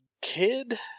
kid